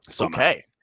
Okay